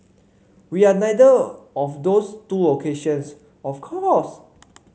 we are neither of those two locations of course